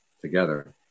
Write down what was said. together